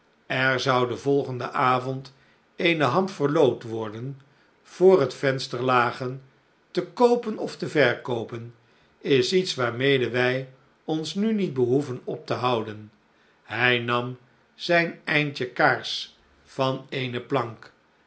den volgenden avond eene ham verloot worden voor het venster lagen te koopen of te verkoopen is iets waarmede wij ons nu niet behoeven op te houden hij nam zijn eindje kaars van eene plank